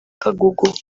kagugu